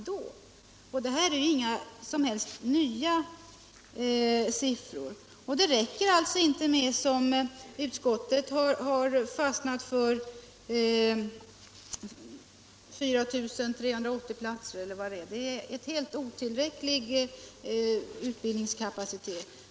Detta är inte heller på något sätt nya siffror. Det räcker alltså inte med det antal utbildningsplatser som utskottet har fastnat för, dvs. 4 380 per år. Det är en helt otillräcklig utbildningskapacitet.